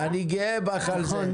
אני גאה בך על זה.